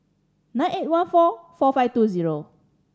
nine eight one four four five two zero